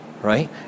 right